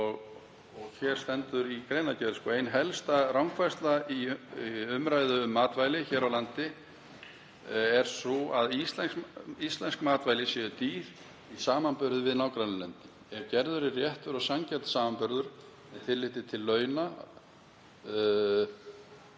en hér stendur í greinargerð: „Ein helsta rangfærsla í umræðu um matvæli hér á landi er sú að íslensk matvæli séu dýr í samanburði við nágrannalöndin. Ef gerður er réttur og sanngjarn samanburður (með tilliti til launa,